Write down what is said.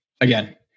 Again